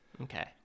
Okay